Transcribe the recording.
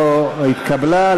לא התקבלה,